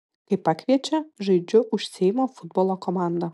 kai pakviečia žaidžiu už seimo futbolo komandą